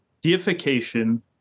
Deification